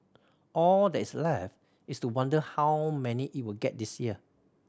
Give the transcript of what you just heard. all that's left is to wonder how many it will get this year